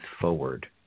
forward